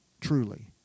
truly